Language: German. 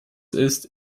ist